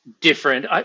different